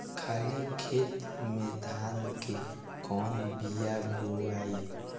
खाले खेत में धान के कौन बीया बोआई?